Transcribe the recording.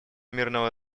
мирного